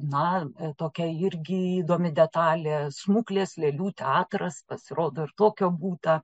na tokia irgi įdomi detalė smuklės lėlių teatras pasirodo ir tokio būta